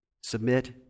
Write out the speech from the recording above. submit